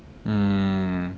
mm